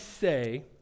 say